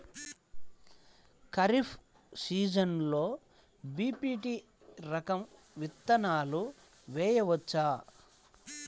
ఖరీఫ్ సీజన్లో బి.పీ.టీ రకం విత్తనాలు వేయవచ్చా?